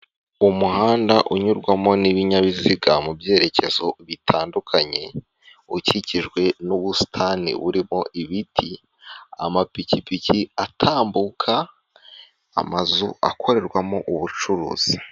Umuhanda unyurwamo n'ibinyabiziga mu byerekezo bitandukanye ukikijwe n'ubusitani burimo ibiti, amapikipiki atambuka, amazu akorerwamo ubucuruzi.